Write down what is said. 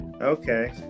Okay